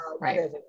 right